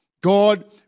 God